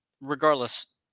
regardless